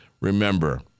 Remember